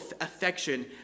affection